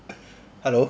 hello